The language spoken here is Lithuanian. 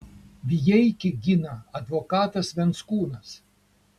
vijeikį gina advokatas venckūnas